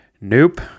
nope